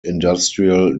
industrial